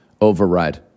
override